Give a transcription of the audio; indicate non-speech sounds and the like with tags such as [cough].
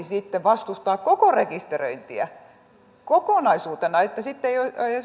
[unintelligible] sitten vastustetaan koko rekisteröintiä kokonaisuutena että sitten ei